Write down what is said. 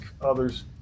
others